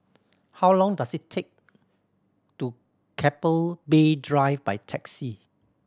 how long does it take to Keppel Bay Drive by taxi